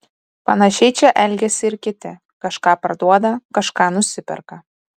panašiai čia elgiasi ir kiti kažką parduoda kažką nusiperka